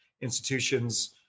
institutions